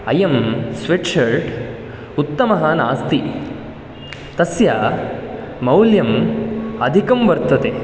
अयं स्वेट्शर्ट् उत्तमः नास्ति तस्य मौल्यम् अधिकं वर्तते